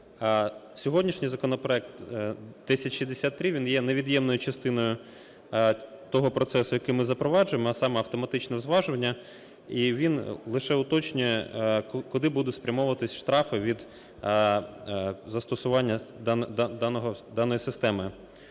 Сьогоднішній законопроект 1063, він є невід'ємною частиною того процесу, який ми запроваджуємо, а саме автоматичного зважування, і він лише уточнює куди будуть спрямовуватись штрафи від застосування даної системи.